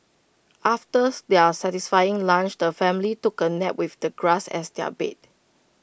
after their satisfying lunch the family took A nap with the grass as their bed